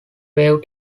wave